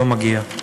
לא מגיע.